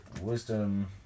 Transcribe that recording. wisdom